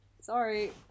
sorry